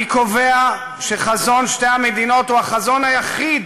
אני קובע שחזון שתי המדינות הוא החזון היחיד